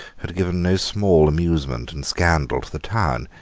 had given no small amusement and scandal to the town.